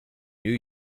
new